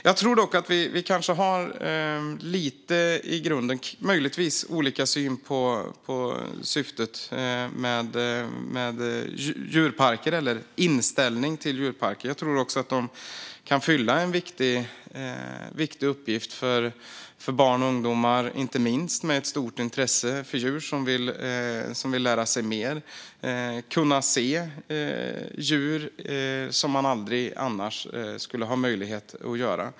Jag tror att vi i grunden har lite olika syn på syftet med eller inställningen till djurparker. Jag tror att dessa kan ha en viktig uppgift, inte minst för barn och ungdomar som har ett stort intresse för djur och som vill lära sig mer och kunna se djur som de aldrig annars skulle ha möjlighet att se.